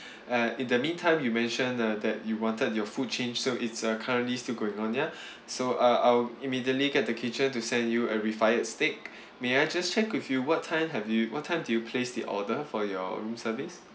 uh in the meantime you mentioned uh that you wanted your food changed so it's uh currently still going on ya so uh I'll immediately get the kitchen to send you a re fired steak may I just check with you what time have you what time did you place the order for your room service